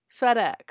FedEx